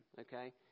okay